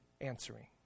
answering